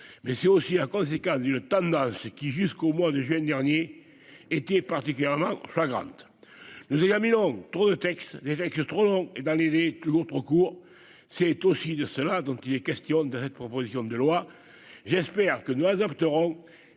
mais c'est aussi la conséquence d'une tendance qui, jusqu'au mois de juin dernier était particulièrement flagrante, nous examinons trop de textes déjà que trop long dans l'élite, trop court, c'est aussi de cela dont il est question de cette proposition de loi, j'espère que nous adopterons